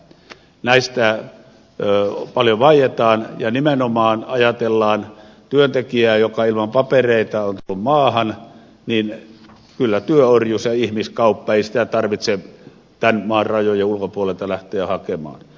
näistä paljon vaietaan ja nimenomaan kun ajatellaan työntekijää joka ilman papereita on tullut maahan niin ei työorjuutta ja ihmiskauppaa tarvitse tämän maan rajojen ulkopuolelta lähteä hakemaan